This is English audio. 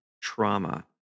trauma